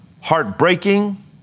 heartbreaking